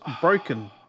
broken